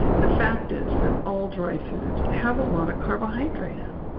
the fact is that all dry foods have a lotta carbohydrate in em,